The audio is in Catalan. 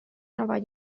nova